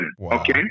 Okay